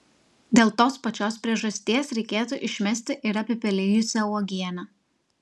dėl tos pačios priežasties reikėtų išmesti ir apipelijusią uogienę